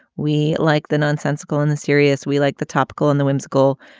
we like the non-sensical and the serious. we like the topical and the whimsical.